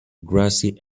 grassy